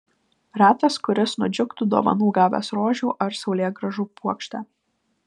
retas kuris nudžiugtų dovanų gavęs rožių ar saulėgrąžų puokštę